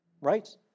right